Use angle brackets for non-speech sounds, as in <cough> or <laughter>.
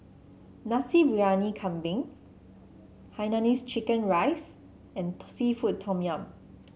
Nasi Briyani Kambing Hainanese Chicken Rice and <unintelligible> seafood Tom Yum